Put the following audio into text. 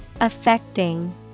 Affecting